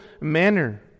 manner